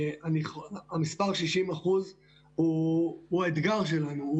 המספר 60% הוא אתגר שלנו,